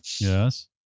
Yes